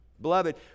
Beloved